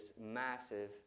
massive